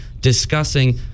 discussing